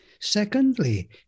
Secondly